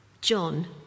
John